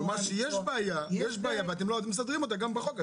אומרת שיש בעיה ואתם לא מסדרים אותה בחוק,